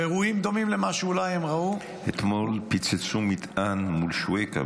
ואירועים דומים למה שאולי הם ראו --- אתמול פוצצו מטען מול שוויכה,